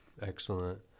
Excellent